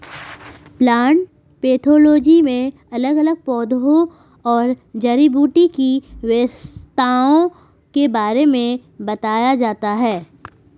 plant pathology में अलग अलग पौधों और जड़ी बूटी की विशेषताओं के बारे में बताया जाता है